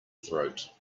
throat